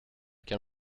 can